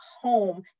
home